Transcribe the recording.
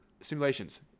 simulations